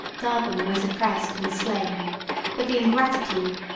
dargham was oppressed and slain but the ingratitude,